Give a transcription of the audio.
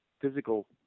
physical